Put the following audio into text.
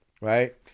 Right